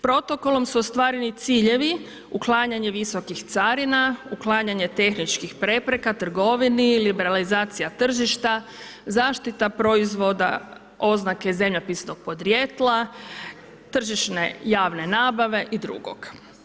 Protokolom su ostvareni ciljevi, uklanjanje visokih carina, uklanjanje tehničkih prepreka, trgovini, liberalizacija tržišta, zaštita proizvoda oznake zemljopisnog podrijetla, tržišne javne nabave i drugog.